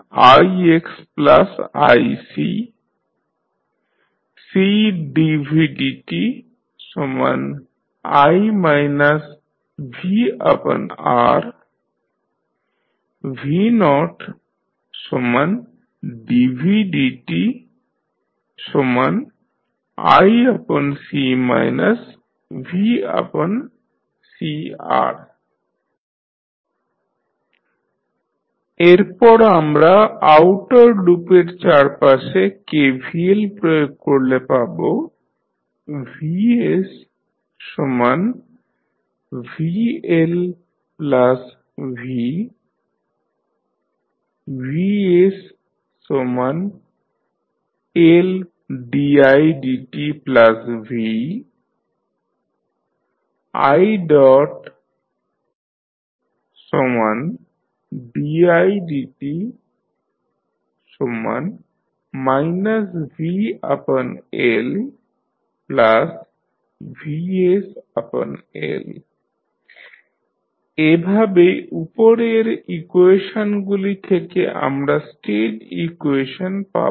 iixiC Cdvdti vR vdvdtiC vCR এরপর আমরা outer লুপের চারপাশে KVL প্রয়োগ করলে পাবো vsvLv vsLdidtv ididt vLvsL এভাবে উপরের ইকুয়েশনগুলি থেকে আমরা স্টেট ইকুয়েশন পাবো